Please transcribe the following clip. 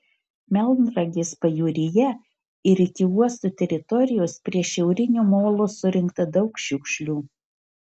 melnragės pajūryje ir iki uosto teritorijos prie šiaurinio molo surinkta daug šiukšlių